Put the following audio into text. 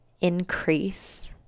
increase